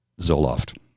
Zoloft